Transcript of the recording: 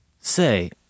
Say